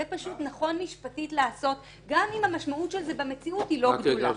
זה פשוט נכון משפטית לעשות גם אם המשמעות של זה במציאות היא לא גדולה.